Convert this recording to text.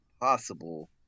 possible